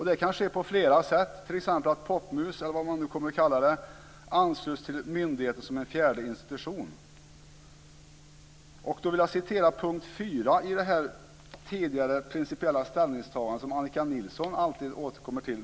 Det kan ske på flera sätt, t.ex. genom att Popmus - eller vad det nu kommer att kallas - ansluts till myndigheten som en fjärde institution. Jag vill återge från punkten 4 i det tidigare principiella ställningstagande som Annika Nilsson alltid återkommer till.